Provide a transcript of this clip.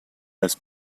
als